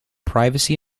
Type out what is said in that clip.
privacy